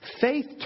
Faith